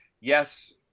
yes